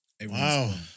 Wow